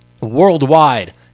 Worldwide